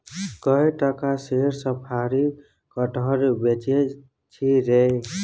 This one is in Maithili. कए टका सेर साफरी कटहर बेचय छी रे